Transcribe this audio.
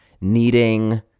needing